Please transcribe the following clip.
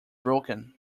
broken